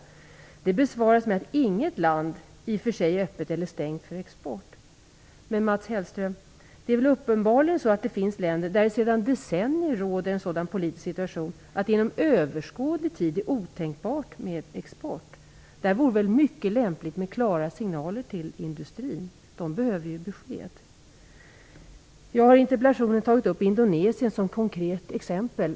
Den frågan besvaras med att inget land i och för sig är öppet eller stängt för export. Men, Mats Hellström, det är väl uppenbarligen så att det finns länder där det sedan decennier råder en sådan politisk situation att det inom överskådlig tid är otänkbart med export. Där vore det väl mycket lämpligt med klara signaler till industrin? De behöver ju besked. Jag har i interpellationen tagit upp Indonesien som ett konkret exempel.